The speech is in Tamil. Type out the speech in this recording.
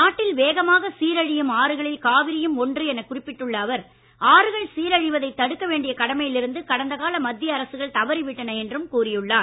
நாட்டில் வேகமாக சீரழியும் ஆறுகளில் காவிரியும் ஒன்று எனக் குறிப்பிட்டுள்ள அவர் ஆறுகள் சீரழிவதைத் தடுக்க வேண்டிய கடமையில் இருந்து கடந்த கால மத்திய அரசுகள் தவறி விட்டன என்று அவர் கூறியுள்ளார்